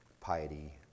piety